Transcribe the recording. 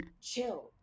chill